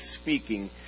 speaking